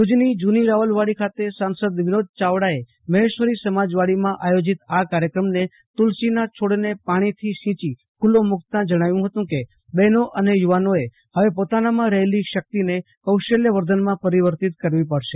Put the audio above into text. ભુજની જૂની રાવલવાડી ખાતે સાંસદ વિનોદભાઈ ચાવડાએ મહેશ્વરી સમાજવાડીમાં આયોજિત આ કાર્યક્રમને તુલસીનાં છોડને પાણીથી સીંચી ખુલ્લો મુકતા જણાવ્યું હતું કે બહેનો અને યુવાનોએ હવે પોતાનામાં રહેલી શક્તિને કૌશલ્યવર્ધનમાં પરિવર્તિત કરવી પડશે